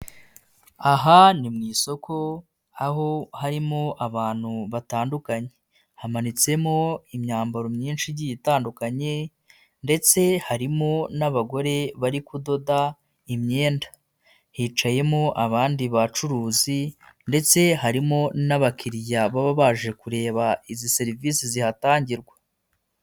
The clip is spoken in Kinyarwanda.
Aha ni mu isoko, aho harimo abantu batandukanye, hamanitsemo imyambaro myinshi igi itandukanye ndetse harimo n'abagore bari kudoda imyenda, hicayemo abandi bacuruzi ndetse harimo n'abakiriya baba baje kureba izi serivisi zihatangirwa.